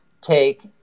take